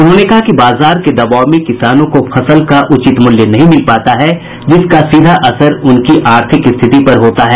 उन्होंने कहा कि बाज़ार के दबाव में किसानों को फसल का उचित मूल्य नहीं मिल पाता है जिसका सीधा असर उनकी आर्थिक स्थिति पर होता है